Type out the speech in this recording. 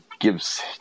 gives